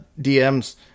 DMs